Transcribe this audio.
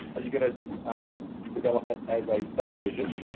or you're going to develop it as a subdivision.